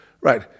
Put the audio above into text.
Right